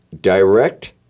Direct